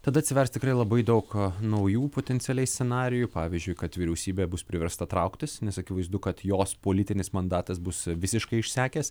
tada atsivers tikrai labai daug naujų potencialiai scenarijų pavyzdžiui kad vyriausybė bus priversta trauktis nes akivaizdu kad jos politinis mandatas bus visiškai išsekęs